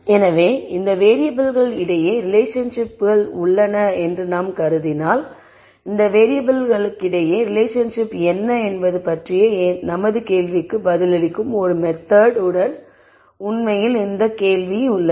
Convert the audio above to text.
எனவே இந்த வேறியபிள்கள் இடையே ரிலேஷன்ஷிப் உள்ளன என்று நாம் கருதினால் இந்த வேறியபிள்களுக்கிடையேயான ரிலேஷன்ஷிப் என்ன என்பது பற்றிய எங்கள் கேள்விக்கு பதிலளிக்கும் ஒரு மெத்தெட் உடன் உண்மையில் இந்த கேள்வி உள்ளது